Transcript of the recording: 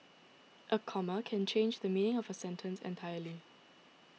a comma can change the meaning of a sentence entirely